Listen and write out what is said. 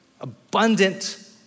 abundant